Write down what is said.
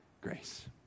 grace